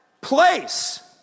place